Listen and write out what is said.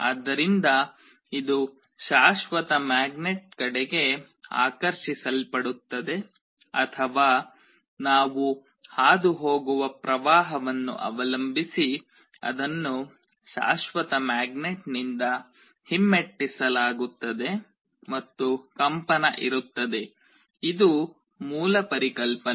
ಆದ್ದರಿಂದ ಇದು ಶಾಶ್ವತ ಮ್ಯಾಗ್ನೆಟ್ ಕಡೆಗೆ ಆಕರ್ಷಿಸಲ್ಪಡುತ್ತದೆ ಅಥವಾ ನಾವು ಹಾದುಹೋಗುವ ಪ್ರವಾಹವನ್ನು ಅವಲಂಬಿಸಿ ಅದನ್ನು ಶಾಶ್ವತ ಮ್ಯಾಗ್ನೆಟ್ ನಿಂದ ಹಿಮ್ಮೆಟ್ಟಿಸಲಾಗುತ್ತದೆ ಮತ್ತು ಕಂಪನ ಇರುತ್ತದೆ ಇದು ಮೂಲ ಪರಿಕಲ್ಪನೆ